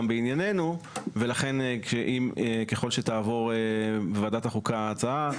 בענייננו ולכן ככל שתעבור בוועדת החוקה הצעה,